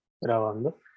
grabando